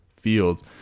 fields